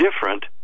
different